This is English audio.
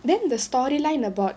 then the storyline about